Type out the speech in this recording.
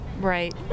Right